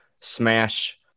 Smash